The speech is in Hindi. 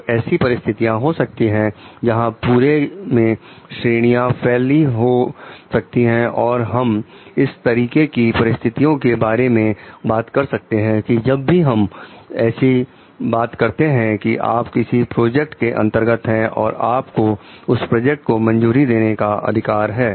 तो ऐसी परिस्थितियां हो सकती है जहां पूरे में श्रेणियां फैली हो सकती हैं और हम इस तरीके की परिस्थितियों के बारे में बात कर सकते हैं कि जब भी हम ऐसी बात करते हैं कि आप किसी प्रोजेक्ट के अंतर्गत हैं और आप को उस प्रोजेक्ट को मंजूरी देने का अधिकार है